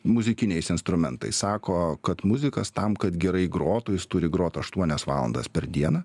muzikiniais instrumentais sako kad muzikas tam kad gerai grotų jis turi grot aštuonias valandas per dieną